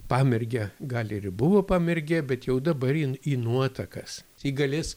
pamergę gal ir ji buvo pamergė bet jau dabar į nuotakas ji galės